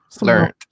Learn